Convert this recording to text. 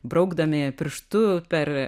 braukdami pirštu per